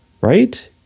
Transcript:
right